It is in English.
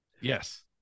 Yes